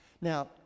Now